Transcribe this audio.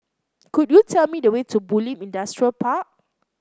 could you tell me the way to Bulim Industrial Park